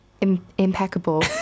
Impeccable